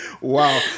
Wow